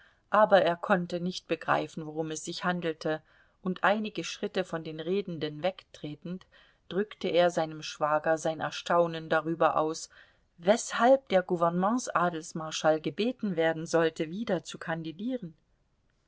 aber er konnte nicht begreifen worum es sich handelte und einige schritte von den redenden wegtretend drückte er seinem schwager sein erstaunen darüber aus weshalb der gouvernements adelsmarschall gebeten werden sollte wieder zu kandidieren